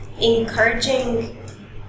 encouraging